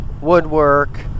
Woodwork